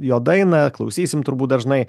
jo dainą klausysim turbūt dažnai